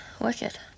Wicked